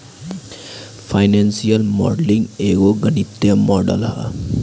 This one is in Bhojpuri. फाइनेंशियल मॉडलिंग एगो गणितीय मॉडल ह